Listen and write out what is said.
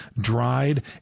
dried